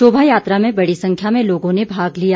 शोभा यात्रा में बड़ी संख्या में लोगों ने भाग लिया